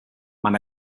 man